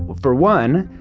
but for one,